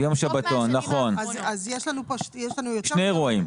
אם כן, יש לנו שני אירועים.